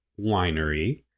winery